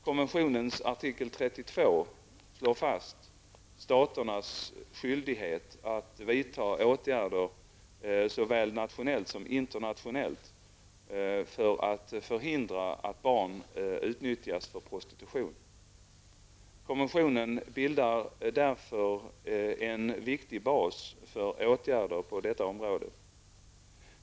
Konventionens artikel 32 slår fast staternas skyldighet att vidta åtgärder såväl nationellt som internationellt för att förhindra att barn utnyttjas för prostitution. Konventionen bildar därför en viktig bas för åtgärder på detta område.